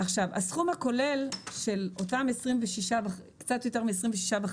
הסכום הכולל של אותם קצת יותר מ-26,500